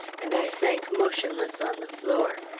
and i sank motionless on the floor.